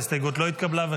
ההסתייגות לא התקבלה.